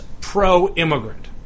pro-immigrant